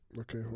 Okay